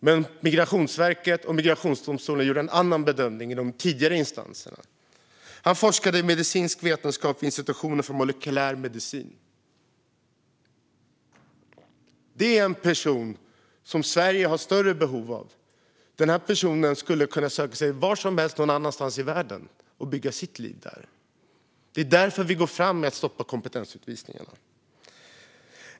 Men Migrationsverket och migrationsdomstolen gjorde en annan bedömning i de tidigare instanserna. Han forskade i medicinsk vetenskap vid institutionen för molekylär medicin. Det är en person som Sverige har stort behov av. Den här personen skulle kunna söka sig vart som helst, någon annanstans i världen, och bygga sitt liv där. Det är därför vi går fram med att stoppa kompetensutvisningarna.